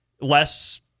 less